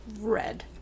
red